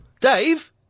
Dave